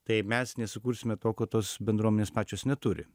tai mes nesukursime to ko tos bendruomenės pačios neturi